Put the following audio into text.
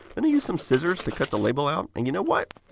and used some scissors to cut the label out. and you know what,